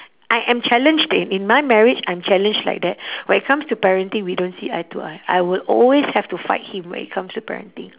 I am challenged in in my marriage I'm challenged like that when it comes to parenting we don't see eye to eye I will always have to fight him when it comes to parenting